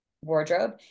wardrobe